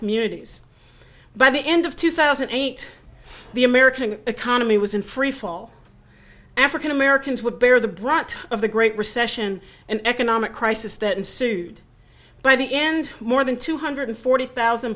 communities by the end of two thousand and eight the american economy was in freefall african americans would bear the brunt of the great recession an economic crisis that ensued by the end more than two hundred forty thousand